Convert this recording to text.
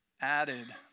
Added